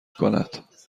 کند